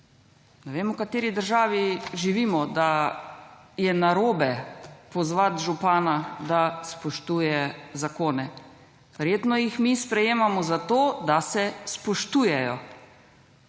ne vem v kateri državi živimo, da je narobe pozvati župana, da spoštuje zakone, verjetnih jih mi sprejemamo zato, da se spoštujejo,